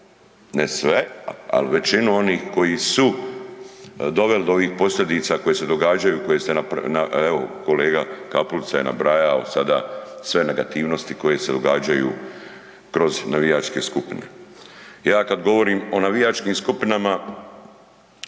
ne sve, ali većinu onih koji su doveli do ovih posljedica koje se događaju, koje ste evo kolega Kapulica je nabrajao sada sve negativnosti koje se događaju kroz navijačke skupine. Ja kad govorim o navijačkim skupinama,